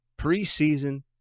preseason